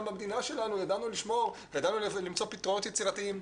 גם במדינה שלנו ידענו למצוא פתרונות יצירתיים,